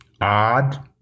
odd